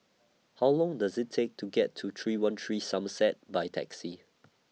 How Long Does IT Take to get to three one three Somerset By Taxi